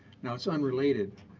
now it's unrelated,